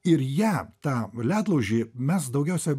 ir ją tą ledlaužį mes daugiausia